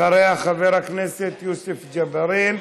אחריה, חבר הכנסת יוסף ג'בארין,